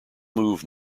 move